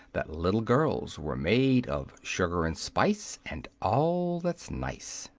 that little girls were made of sugar and spice and all that's nice.